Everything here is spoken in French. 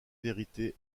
vérité